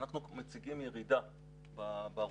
אנחנו מציגים ירידה בהרוגים.